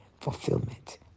fulfillment